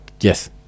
yes